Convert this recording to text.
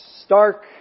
Stark